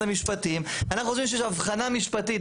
המשפטים אנחנו חושבים שיש הבחנה משפטית,